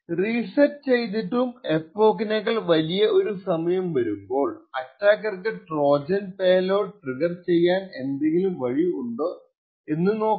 reset ചെയ്തിട്ടും epoch നേക്കാൾ വലിയ ഒരു സമയം വരുമ്പോൾ അറ്റാക്കർക്കു ട്രോജൻ പേലോഡ് ട്രിഗർ ചെയ്യാൻ എന്തെങ്കിലും വഴി ഉണ്ടോ എന്നൊക്കെയാണ്